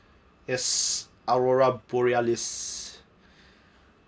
yes aurora borealis